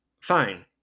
fine